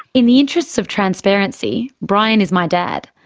in the interests of transparency, brian is my dad.